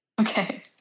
Okay